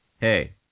Hey